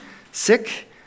sick